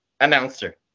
announcer